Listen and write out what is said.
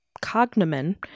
cognomen